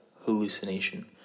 hallucination